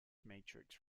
matrix